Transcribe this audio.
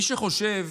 מי שחושב